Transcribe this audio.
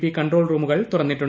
P control റൂമുകൾ തുറന്നിട്ടുണ്ട്